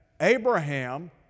Abraham